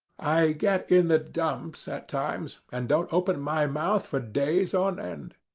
i get in the dumps at times, and don't open my mouth for days on end.